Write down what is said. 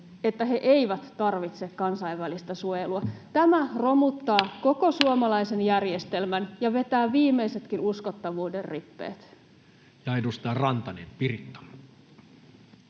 että he eivät tarvitse kansainvälistä suojelua. Tämä romuttaa koko suomalaisen järjestelmän ja vetää viimeisetkin uskottavuuden rippeet. [Speech 28] Speaker: